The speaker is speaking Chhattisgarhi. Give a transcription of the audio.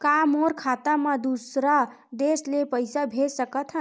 का मोर खाता म दूसरा देश ले पईसा भेज सकथव?